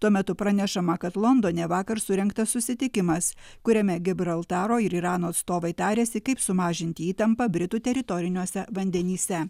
tuo metu pranešama kad londone vakar surengtas susitikimas kuriame gibraltaro ir irano atstovai tarėsi kaip sumažinti įtampą britų teritoriniuose vandenyse